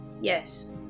Yes